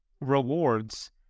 rewards